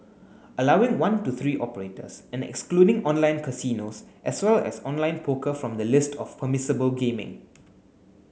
allowing one to three operators and excluding online casinos as well as online poker from the list of permissible gaming